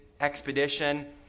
expedition